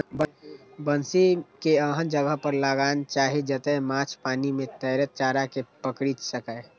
बंसी कें एहन जगह पर लगाना चाही, जतय माछ पानि मे तैरैत चारा कें पकड़ि सकय